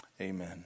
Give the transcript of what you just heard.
Amen